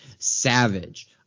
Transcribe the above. savage